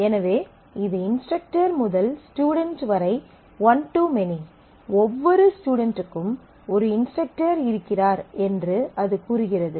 எனவே இது இன்ஸ்ட்ரக்டர் முதல் ஸ்டுடென்ட் வரை ஒன் டு மெனி ஒவ்வொரு ஸ்டுடென்ட்டுக்கும் ஒரு இன்ஸ்ட்ரக்டர் இருக்கிறார் என்று அது கூறுகிறது